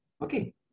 Okay